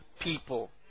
people